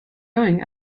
going